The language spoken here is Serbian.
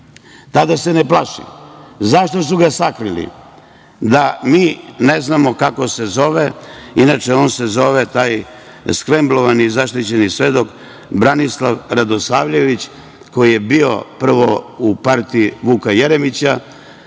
Tada se ne plaši. Zašto su ga sakrili? Da mi ne znamo kako se zove. Inače, on se zove, taj skremblovani zaštićeni svedok, Branislav Radosavljević, koji je bio prvo u partiji Vuka Jeremića,